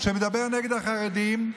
שמדבר נגד החרדים,